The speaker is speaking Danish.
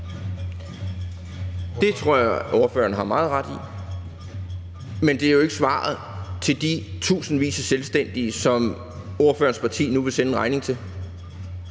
Det tror jeg ordføreren har meget ret i. Men det er jo ikke svaret til de tusindvis af selvstændige, som ordførerens parti nu vil sende en regning til